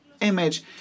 image